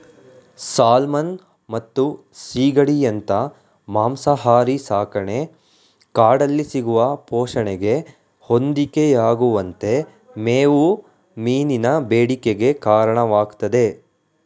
salmon ಮತ್ತು ಸೀಗಡಿಯಂತ ಮಾಂಸಾಹಾರಿ ಸಾಕಣೆ ಕಾಡಲ್ಲಿ ಸಿಗುವ ಪೋಷಣೆಗೆ ಹೊಂದಿಕೆಯಾಗುವಂತೆ ಮೇವು ಮೀನಿನ ಬೇಡಿಕೆಗೆ ಕಾರಣವಾಗ್ತದೆ